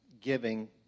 giving